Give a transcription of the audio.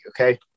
okay